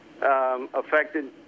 affected